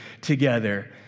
together